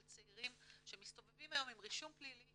צעירים שמסתובבים היום עם רישום פלילי